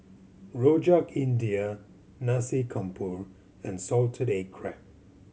Rojak India Nasi Campur and salted egg crab